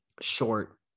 short